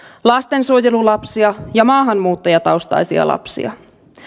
lastensuojelulapsia ja maahanmuuttajataustaisia lapsia